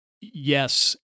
yes